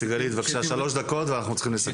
סיגלית, בבקשה, שלוש דקות ואנחנו צריכים לסכם.